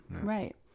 Right